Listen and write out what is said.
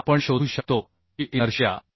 आता आपण शोधू शकतो की इनर्शिया